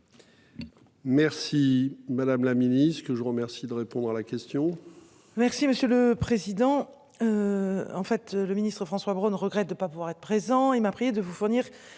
Merci, madame la Ministre, que je remercie de répondre à la question.